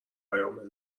پیام